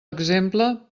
exemple